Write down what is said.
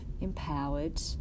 empowered